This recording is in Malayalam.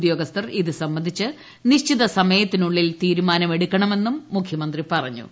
ഉദ്യോഗസ്ഥർ ഇതുസംബന്ധിച്ച് നിശ്ചിത്സമയത്തിനുള്ളിൽ തീരുമാനമെടുക്കണമെന്നും മുഖ്യന്ത്രി പറഞ്ഞു